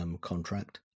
contract